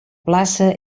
plaça